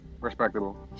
Respectable